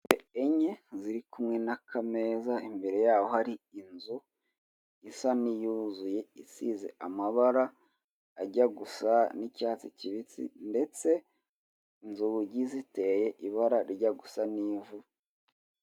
Inebe enye ziri kumwe n'akameza, imbere yaho hari inzu isa n'iyuzuye, isize amabara ajya gusa n'icyatsi kibisi ndetse inzugi ziteye ibara rijya gusa n'ivu.